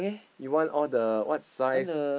you want all the what's size